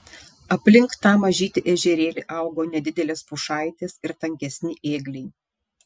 aplink tą mažytį ežerėlį augo nedidelės pušaitės ir tankesni ėgliai